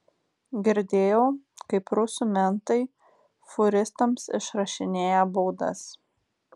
girdėjau kaip rusų mentai fūristams išrašinėja baudas